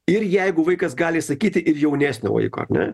ir jeigu vaikas gali išsakyti ir jaunesnio vaiko ar ne